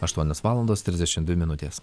aštuonios valandos trisdešimt dvi minutės